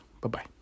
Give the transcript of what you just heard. Bye-bye